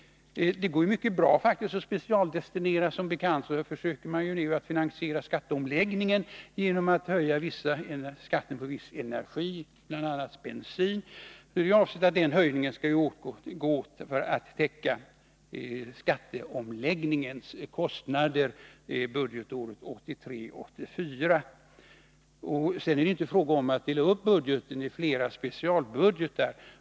Det går faktiskt mycket bra att specialdestinera. Som bekant försöker man nu finansiera skatteomläggningen genom att höja skatten på viss energi, bl.a. bensin. Avsikten är att den höjningen skall användas för att täcka skatteomläggningens kostnader budgetåret 1983/84. Inte heller är det fråga om att dela upp budgeten i flera specialbudgetar.